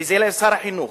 וזה לשר החינוך.